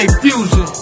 Fusion